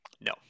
No